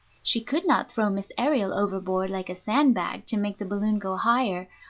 she could not throw miss aerial overboard like a sand-bag to make the balloon go higher,